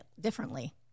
differently